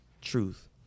truth